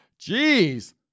Jeez